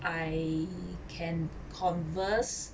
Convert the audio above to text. I can converse